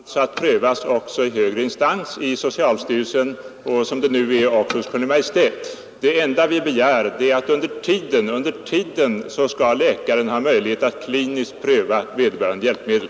Herr talman! Ärendet går ju under alla förhållanden vidare och kommer alltså att prövas också i högre instans, dvs. i socialstyrelsen och under nuvarande förhållanden också hos Kungl. Maj:t. Det enda vi begär är att läkaren under tiden skall ha möjlighet att kliniskt pröva vederbörande hjälpmedel.